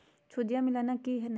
सुदिया मिलाना की नय?